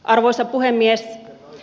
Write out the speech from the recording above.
arvoisa puhemies